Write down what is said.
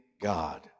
God